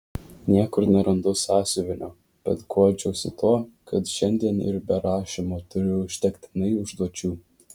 niekur nerandu sąsiuvinio bet guodžiuosi tuo kad šiandien ir be rašymo turiu užtektinai užduočių